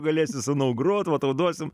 galėsi sūnau grot va tau duosim